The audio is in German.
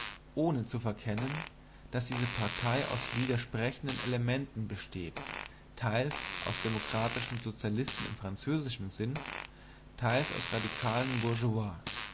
ohne zu verkennen daß diese partei aus widersprechenden elementen besteht teils aus demokratischen sozialisten im französischen sinn teils aus radikalen